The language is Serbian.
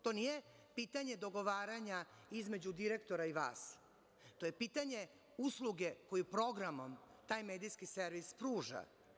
To nije pitanje dogovaranja između direktora i vas, to je pitanje usluge koju programom taj medijski servis pruža.